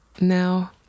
Now